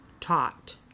taught